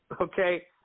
okay